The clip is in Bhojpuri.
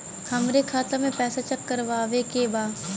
हमरे खाता मे पैसा चेक करवावे के बा?